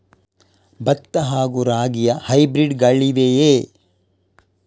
ಭತ್ತ ಹಾಗೂ ರಾಗಿಯ ಹೈಬ್ರಿಡ್ ಗಳಿವೆಯೇ?